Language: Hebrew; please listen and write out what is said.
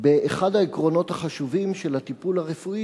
באחד העקרונות החשובים של הטיפול הרפואי,